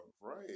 right